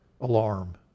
alarm